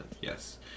Yes